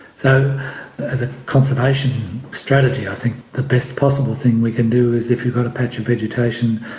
so as a conservation strategy i think the best possible thing we can do is if you've got a patch of vegetation,